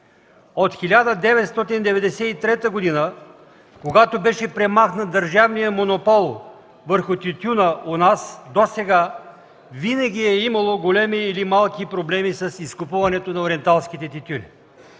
От 1993 г., когато беше премахнат държавният монопол върху тютюна у нас, досега винаги е имало големи или малки проблеми с изкупуването на ориенталските тютюни.